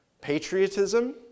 Patriotism